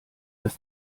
das